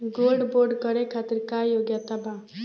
Gold bond करे खातिर का योग्यता बा?